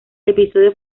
episodio